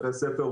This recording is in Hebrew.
בתי ספר,